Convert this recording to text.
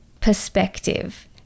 perspective